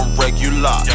regular